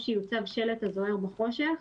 או שיוצב שלט הזוהר בחושך,